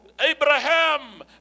Abraham